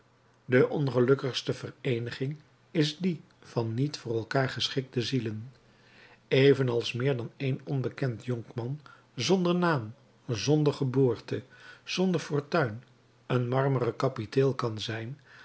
de ongelukkigste vereeniging is die van niet voor elkaar geschikte zielen evenals meer dan één onbekend jonkman zonder naam zonder geboorte zonder fortuin een marmeren kapiteel kan zijn